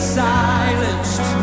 silenced